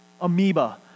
amoeba